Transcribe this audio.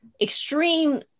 extreme